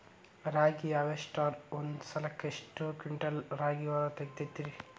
ರಾಗಿಯ ಹಾರ್ವೇಸ್ಟರ್ ಒಂದ್ ಸಲಕ್ಕ ಎಷ್ಟ್ ಕ್ವಿಂಟಾಲ್ ರಾಗಿ ಹೊರ ತೆಗಿತೈತಿ?